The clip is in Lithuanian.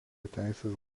teisės